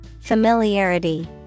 Familiarity